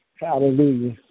Hallelujah